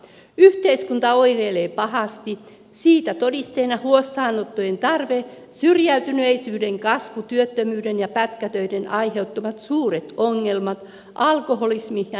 yhteiskunta oireilee pahasti siitä todisteena huostaanottojen tarve syrjäytyneisyyden kasvu työttömyyden ja pätkätöiden aiheuttamat suuret ongelmat alkoholismi ja niin edelleen